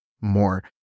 more